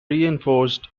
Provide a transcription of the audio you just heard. reinforced